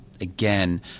again